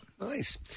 Nice